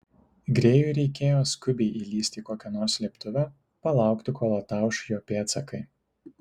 grėjui reikėjo skubiai įlįsti į kokią nors slėptuvę palaukti kol atauš jo pėdsakai